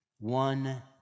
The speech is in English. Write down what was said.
One